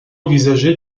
envisagé